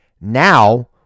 Now